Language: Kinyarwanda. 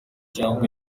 cyangwa